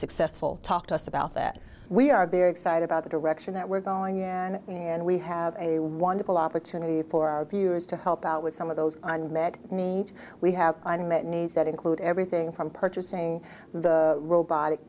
successful talk to us about that we are very excited about the direction that we're going and we have a wonderful opportunity for our viewers to help out with some of those unmet needs we have unmet needs that include everything from purchasing the robotic